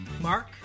Mark